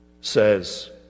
says